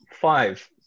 five